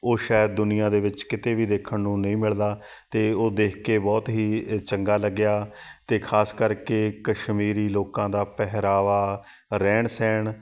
ਉਹ ਸ਼ਾਇਦ ਦੁਨੀਆਂ ਦੇ ਵਿੱਚ ਕਿਤੇ ਵੀ ਦੇਖਣ ਨੂੰ ਨਹੀਂ ਮਿਲਦਾ ਅਤੇ ਉਹ ਦੇਖ ਕੇ ਬਹੁਤ ਹੀ ਚੰਗਾ ਲੱਗਿਆ ਅਤੇ ਖਾਸ ਕਰਕੇ ਕਸ਼ਮੀਰੀ ਲੋਕਾਂ ਦਾ ਪਹਿਰਾਵਾ ਰਹਿਣ ਸਹਿਣ